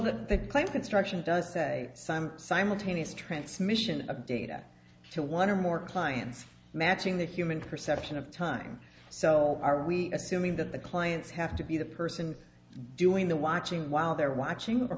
they claim construction does a simultaneous transmission of data to one or more clients matching the human perception of time so are we assuming that the clients have to be the person doing the watching while they're watching